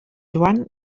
joan